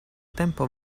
tempo